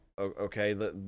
okay